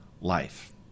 life